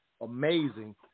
amazing